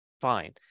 Fine